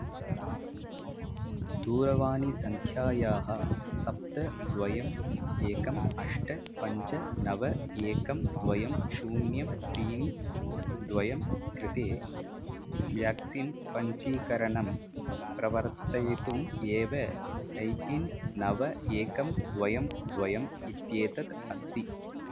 दूरवाणीसङ्ख्यायाः सप्त द्वयम् एकम् अष्ट पञ्च नव एकं द्वयं शून्यं त्रीणि द्वयं कृते व्याक्सीन् पञ्चीकरणं प्रवर्तयितुम् एव ऐपिन् नव एकं द्वयं द्वयम् इत्येतत् अस्ति